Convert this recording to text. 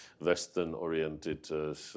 Western-oriented